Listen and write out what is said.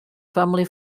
family